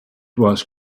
was